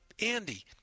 Andy